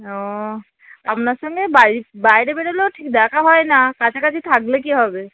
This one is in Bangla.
ও আপনার সঙ্গে বাড়ির বাইরে বেরোলেও ঠিক দেখা হয় না কাছাকাছি থাকলে কী হবে